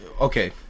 Okay